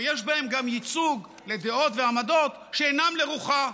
או יש בהם גם ייצוג לדעות ועמדות שאינן לרוחה.